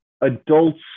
adults